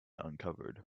uncovered